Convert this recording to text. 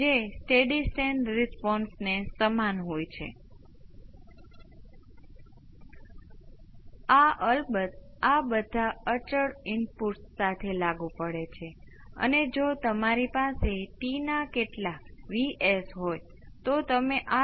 તેથી natural response input પર આધાર રાખે છે આંકડાકીય પ્રતિભાવ માત્ર ઇનપુટ્સ પર આધાર રાખે છે જે આંકડાકીય પ્રતિભાવની વ્યાખ્યા છે